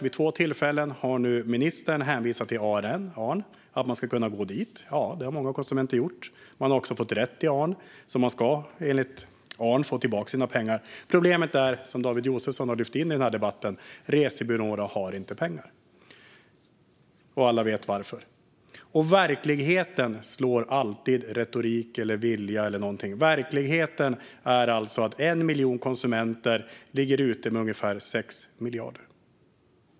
Vid två tillfällen har ministern nu hänvisat till att man kan gå till ARN. Ja, det har många konsumenter gjort, och de har fått rätt. De ska enligt ARN få tillbaka sina pengar. Problemet är, som David Josefsson har lyft in i debatten, att resebyråerna inte har pengar - och alla vet varför. Verkligheten slår alltid retorik, vilja och annat. Verkligheten är att 1 miljon konsumenter ligger ute med ungefär 6 miljarder.